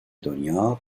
دنیا